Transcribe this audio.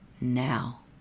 now